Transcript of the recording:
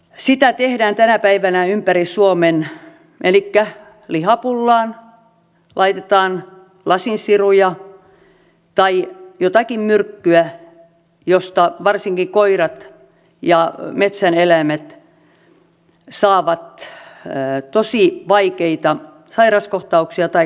sitä tehdään tänä päivänä ympäri suomea elikkä lihapullaan laitetaan lasinsiruja tai jotakin myrkkyä josta varsinkin koirat ja metsän eläimet saavat tosi vaikeita sairauskohtauksia tai kuolevat